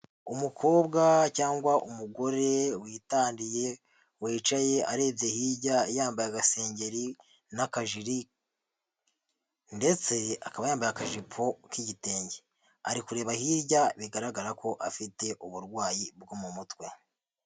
Umukobwa cyangwa umugore witandiye, wicaye arebye hirya, yambaye agasengeri n'akajiri, ndetse akaba yambaye akajipo k'igitenge, ari kureba hirya bigaragara ko afite uburwayi bwo mu mutwe.